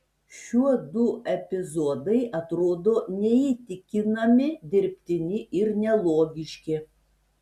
šiuodu epizodai atrodo neįtikinami dirbtini ir nelogiški